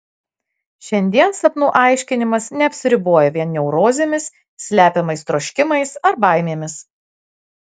šiandien sapnų aiškinimas neapsiriboja vien neurozėmis slepiamais troškimais ar baimėmis